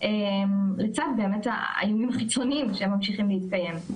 באמת לצד האיומים החיצוניים שממשיכים להתקיים.